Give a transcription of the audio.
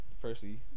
Firstly